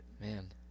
man